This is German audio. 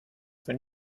für